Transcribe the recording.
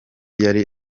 yari